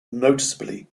noticeably